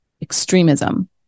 extremism